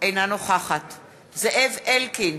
אינה נוכחת זאב אלקין,